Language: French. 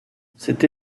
cet